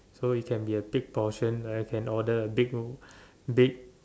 so it can be a big portion I can order a big uh big